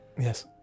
yes